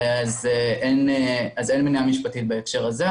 אין מניעה משפטית בהקשר הזה.